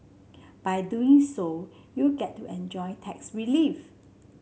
by doing so you get to enjoy tax relief